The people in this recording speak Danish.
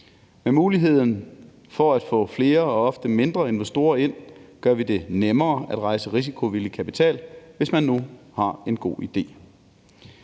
Med muligheden for at få flere og ofte mindre investorer ind, gør vi det nemmere at rejse risikovillig kapital, hvis man nu har en god ide.